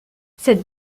cette